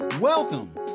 Welcome